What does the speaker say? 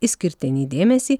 išskirtinį dėmesį